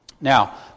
Now